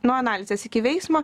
nuo analizės iki veiksmo